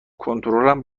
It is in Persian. کنترلم